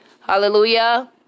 Hallelujah